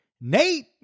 Nate